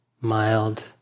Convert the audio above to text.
mild